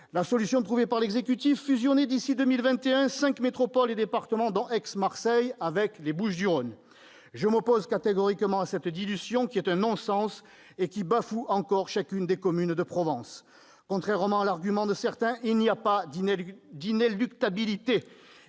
La solution trouvée par l'exécutif ? Fusionner, d'ici à 2021, cinq métropoles et départements, dont Aix-Marseille Provence avec les Bouches-du-Rhône. Je m'oppose catégoriquement à cette dilution, qui est un non-sens et bafoue encore une fois chacune des communes de Provence. Contrairement à ce qu'affirment certains, il n'y a ni inéluctabilité